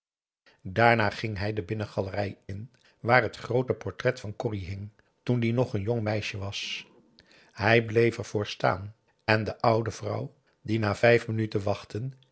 daarna ging hij de binnengalerij in waar het groote portret van corrie hing toen die nog een jong meisje was hij bleef er voor staan en de oude vrouw die na vijf minuten wachten